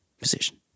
position